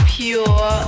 pure